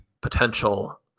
potential